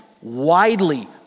widely